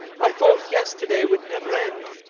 i thought yesterday would never end.